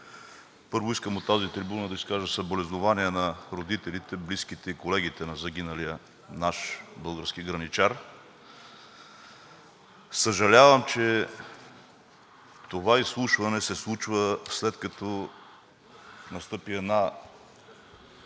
Първо, искам от тази трибуна да изкажа съболезнования на родителите, близките и колегите на загиналия наш български граничар. Съжалявам, че това изслушване се случва, след като настъпи един